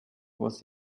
was